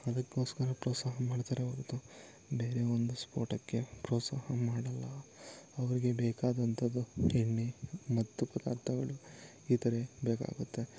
ಅದಕ್ಕೋಸ್ಕರ ಪ್ರೋತ್ಸಾಹ ಮಾಡ್ತಾರೆ ಹೊರತು ಬೇರೆ ಒಂದು ಸ್ಪೋಟಕ್ಕೆ ಪ್ರೋತ್ಸಾಹ ಮಾಡಲ್ಲ ಅವ್ರಿಗೆ ಬೇಕಾದಂಥದ್ದು ಎಣ್ಣೆ ಮತ್ತು ಪದಾರ್ಥಗಳು ಇತರೆ ಬೇಕಾಗುತ್ತೆ